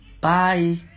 Bye